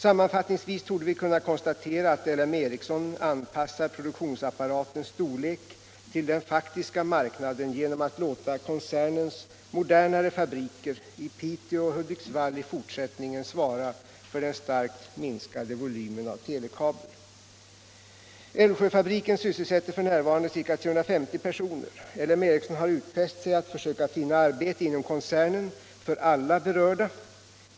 Sammanfattningsvis torde vi kunna konstatera att LM Ericsson anpassar produktionsapparatens storlek till den faktiska marknaden genom att låta koncernens modernare fabriker i Piteå och Hudiksvall i fortsättningen svara för den starkt minskade volymen av telekabel. Älvsjöfabriken sysselsätter f. n. ca 350 personer. L M Ericsson har utfäst sig att försöka finna arbete inom koncernen för alla berörda.